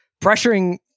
pressuring